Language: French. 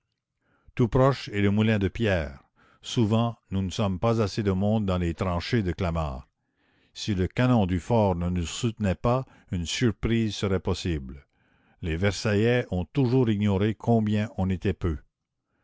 tout proche est le moulin de pierre souvent nous ne sommes pas assez de monde dans les tranchées de clamart si le canon du fort ne nous soutenait pas une surprise serait possible les versaillais ont toujours ignoré combien on était peu